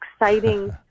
exciting